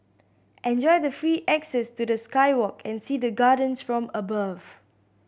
enjoy the free access to the sky walk and see the gardens from above